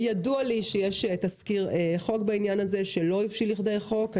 ידוע לי שיש תזכיר חוק בעניין הזה שלא הבשיל לכדי חוק.